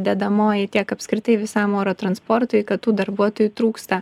dedamoji tiek apskritai visam oro transportui kad tų darbuotojų trūksta